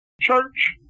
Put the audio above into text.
Church